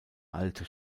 alte